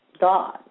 God